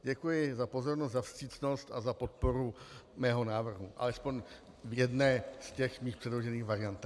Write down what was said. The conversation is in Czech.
Děkuji za pozornost, vstřícnost a podporu mého návrhu, alespoň jedné z mých předložených variant.